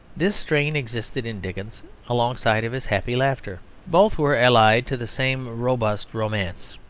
this strain existed in dickens alongside of his happy laughter both were allied to the same robust romance.